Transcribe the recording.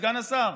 סגן השר,